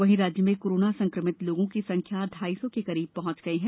वहीं राज्य में कोरोना संक्रमित लोगों की संख्या ढाई सौ के करीब पहंच गई है